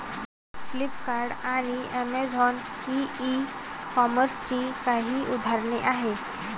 Flipkart आणि Amazon ही ई कॉमर्सची काही उदाहरणे आहे